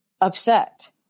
upset